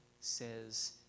says